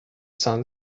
sun